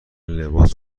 لباس